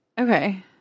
Okay